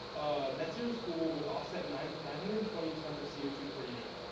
net zero school would offset nine nine hundred and twenty tons of c o two per year.